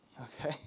okay